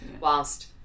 Whilst